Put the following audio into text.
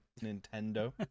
Nintendo